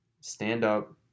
stand-up